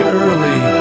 early